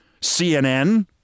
CNN